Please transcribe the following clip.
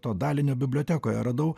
to dalinio bibliotekoje radau